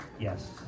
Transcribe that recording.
yes